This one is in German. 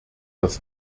das